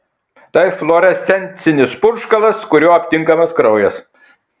tai fluorescencinis purškalas kuriuo aptinkamas kraujas